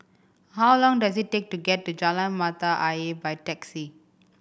how long does it take to get to Jalan Mata Ayer by taxi